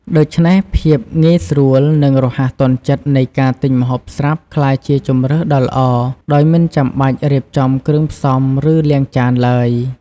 ដូច្នេះ ភាពងាយស្រួល និងរហ័សទាន់ចិត្តនៃការទិញម្ហូបស្រាប់ក្លាយជាជម្រើសដ៏ល្អ ដោយមិនចាំបាច់រៀបចំគ្រឿងផ្សំ ឬលាងចានឡើយ។